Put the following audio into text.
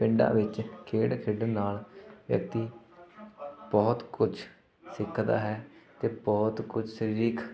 ਪਿੰਡਾਂ ਵਿੱਚ ਖੇਡ ਖੇਡਣ ਨਾਲ ਵਿਅਕਤੀ ਬਹੁਤ ਕੁਝ ਸਿੱਖਦਾ ਹੈ ਅਤੇ ਬਹੁਤ ਕੁਝ ਸਰੀਰਕ